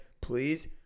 please